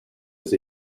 his